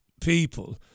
people